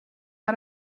out